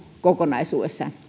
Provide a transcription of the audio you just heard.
kokonaisuudessaan